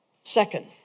Second